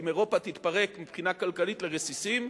אם אירופה תתפרק מבחינה כלכלית לרסיסים,